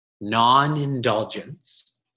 non-indulgence